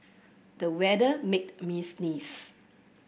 the weather made me sneeze